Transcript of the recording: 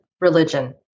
religion